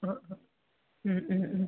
ആ ആ മ് മ് മ്